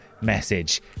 message